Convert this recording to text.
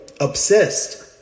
obsessed